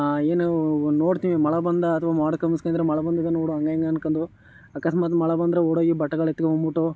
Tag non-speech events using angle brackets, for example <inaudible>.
ಏನು ನೋಡ್ತೀನಿ ಮಳೆ ಬಂದ ಅಥ್ವಾ ಮೋಡ <unintelligible> ಮಳೆ <unintelligible> ಹಂಗೆ ಹಿಂಗೆ ಅನ್ಕೊಂಡು ಅಕಸ್ಮಾತ್ ಮಳೆ ಬಂದರೆ ಓಡ್ಹೋಗಿ ಬಟ್ಟೆಗಳು ಎತ್ಕೊಂಡು ಬಂದ್ಬಿಟ್ಟು